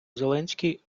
зеленський